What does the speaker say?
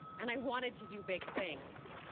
and i wanted to do big things.